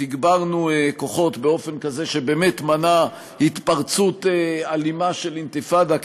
תגברנו כוחות באופן כזה שבאמת מנע התפרצות אלימה של אינתיפאדה,